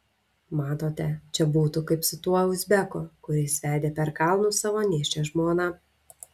matote čia būtų kaip su tuo uzbeku kuris vedė per kalnus savo nėščią žmoną